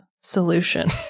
solution